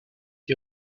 qui